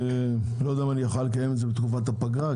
אני לא יודע אם אוכל לקיים אותה בתקופת הפגרה,